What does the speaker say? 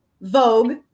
Vogue